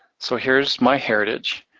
so here's myheritage.